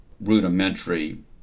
rudimentary